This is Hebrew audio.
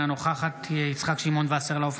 אינה נוכחת יצחק שמעון וסרלאוף,